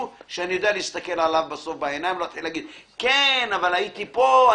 שאני יודע להסתכל עליו בעיניים ולא יגיד: הייתי פה,